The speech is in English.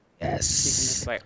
Yes